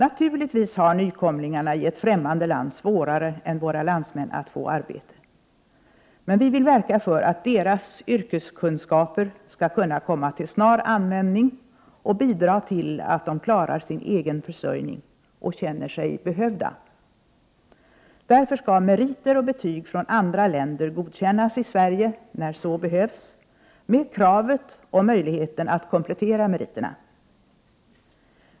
Naturligtvis har nykomlingarna i ett främmande land svårare än våra landsmän att få arbete. Men vi vill verka för att deras yrkeskunskaper skall kunna komma till snar användning och bidra till att de klarar sin egen I miljöpartiet de gröna tror vi inte på den eviga ekonomiska och materiella Arbetsmarknadstillväxten efter dagens mönster. Alla ser vi de avigsidor som den har försörjning och känner sig behövda. Därför skall meriter och betyg från andra länder godkännas i Sverige när så behövs, med kravet och möjligheten att komplettera meriterna.